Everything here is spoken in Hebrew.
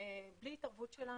בלי התערבות שלנו.